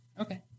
Okay